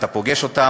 אתה פוגש אותם,